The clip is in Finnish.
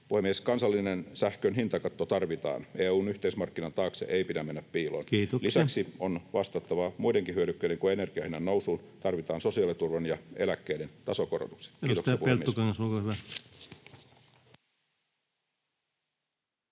Puhemies! Kansallisen sähkön hintakatto tarvitaan. EU:n yhteismarkkinan taakse ei pidä mennä piiloon. [Puhemies: Kiitoksia!] Lisäksi on vastattava muidenkin hyödykkeiden kuin energian hinnannousuun. Tarvitaan sosiaaliturvan ja eläkkeiden tasokorotukset. — Kiitoksia, puhemies.